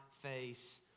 face